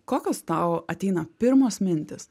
kokios tau ateina pirmos mintys